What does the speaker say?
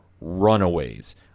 Runaways